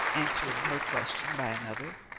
answering her question by another.